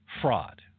fraud